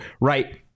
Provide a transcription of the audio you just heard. right